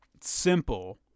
simple